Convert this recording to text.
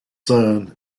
son